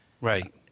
Right